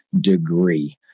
degree